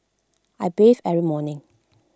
I bathe every morning